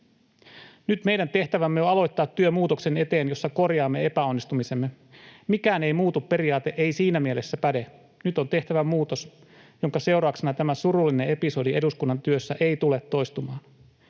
Nyt meidän tehtävämme on aloittaa muutoksen eteen työ, jossa korjaamme epäonnistumisemme. Mikään ei muutu -periaate ei siinä mielessä päde. Nyt on tehtävä muutos, jonka seurauksena tämä surullinen episodi eduskunnan työssä ei tule toistumaan.